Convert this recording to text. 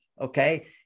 Okay